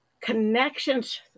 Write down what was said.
connections